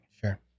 Sure